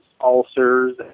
ulcers